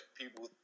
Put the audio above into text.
people